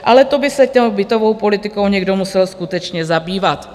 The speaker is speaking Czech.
Ale to by se tou bytovou politikou někdo musel skutečně zabývat.